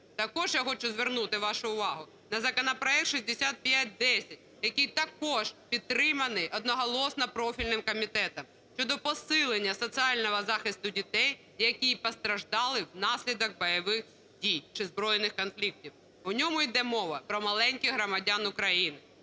Також я хочу звернути вашу увагу на законопроект 6510, який також підтриманий одноголосно профільним комітетом, щодо посилення соціального захисту дітей, які постраждали внаслідок бойових дій чи збройних конфліктів. У ньому йде мова про маленьких громадян України,